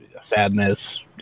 sadness